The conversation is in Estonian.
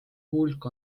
hulk